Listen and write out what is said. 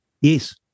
Yes